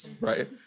right